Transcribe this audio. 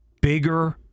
Bigger